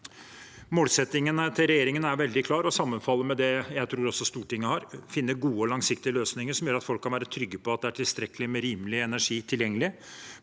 Målsettingen til regjeringen er veldig klar og sammenfaller med den jeg tror også Stortinget har: å finne gode og langsiktige løsninger som gjør at folk kan være trygge på at det er tilstrekkelig med rimelig energi tilgjengelig.